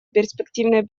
перспективной